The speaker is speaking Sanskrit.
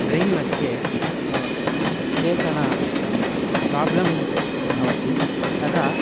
ब्रेन्मध्ये केचन प्रोब्लम् भवति तदा